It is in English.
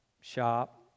shop